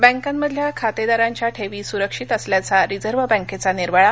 बँकांमधल्या खातद्विशंच्या ठधीी सुरक्षित असल्याचा रिझर्व बँकची निर्वाळा